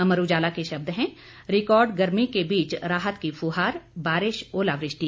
अमर उजाला के शब्द हैं रिकॉर्ड गर्मी के बीच राहत की फुहार बारिश ओलावृष्टि